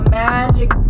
magic